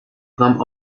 tram